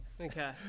Okay